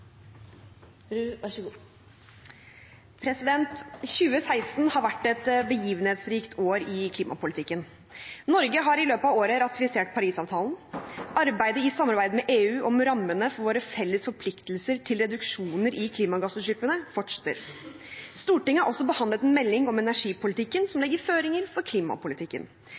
2016 har vært et begivenhetsrikt år i klimapolitikken. Norge har i løpet av året ratifisert Paris-avtalen. Arbeidet i samarbeid med EU om rammene for våre felles forpliktelser til reduksjoner i klimagassutslippene fortsetter. Stortinget har også behandlet en melding om energipolitikken som legger føringer for klimapolitikken.